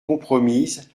compromise